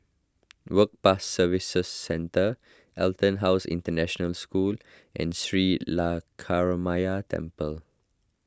Work Pass Services Centre EtonHouse International School and Sri Lankaramaya Temple